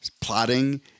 plotting